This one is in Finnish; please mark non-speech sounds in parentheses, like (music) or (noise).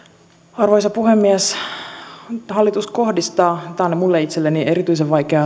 arvoisa puhemies hallitus kohdistaa tämä on minulle itselleni erityisen vaikea (unintelligible)